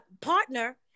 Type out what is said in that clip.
partner